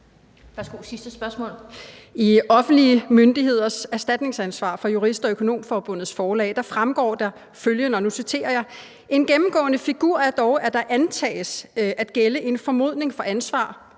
I »Offentlige myndigheders erstatningsansvar« fra Jurist- og Økonomforbundets Forlag fremgår det følgende, og nu citerer jeg: En gennemgående figur er dog, at der antages at gælde en formodning for ansvar,